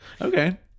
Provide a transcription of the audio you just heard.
Okay